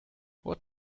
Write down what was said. what